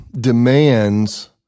demands